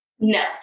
No